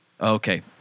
Okay